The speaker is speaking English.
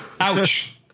Ouch